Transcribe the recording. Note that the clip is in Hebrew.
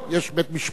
יש בית-משפט.